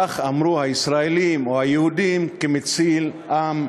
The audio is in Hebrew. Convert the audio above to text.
כך אמרו הישראלים או היהודים, כמציל עם ועולמו.